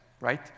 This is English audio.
right